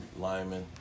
linemen